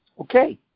okay